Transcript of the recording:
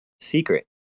Secret